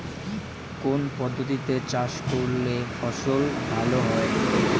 কোন পদ্ধতিতে চাষ করলে ফসল ভালো হয়?